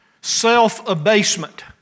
self-abasement